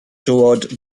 toward